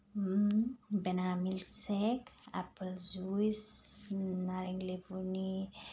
बानाना milk shake apple juice नारें लेबुनि